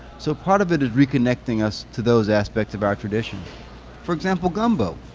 so part of it is reconnecting us to those aspects of our tradition for example, gumbo.